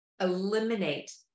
Eliminate